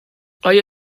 آیا